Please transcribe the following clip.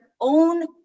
own